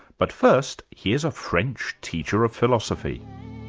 but first, here's a french teacher of philosophy.